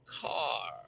car